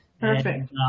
perfect